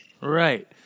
Right